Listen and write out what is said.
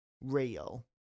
real